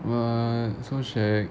what so shag